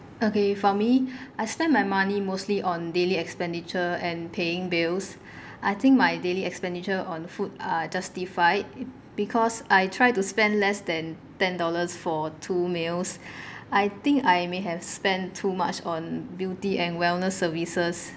okay for me I spend my money mostly on daily expenditure and paying bills I think my daily expenditure on food are justified because I try to spend less than ten dollars for two meals I think I may have spend too much on beauty and wellness services